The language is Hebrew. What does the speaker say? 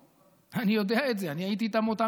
על מפעל התחייה הלאומי שלנו.